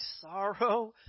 sorrow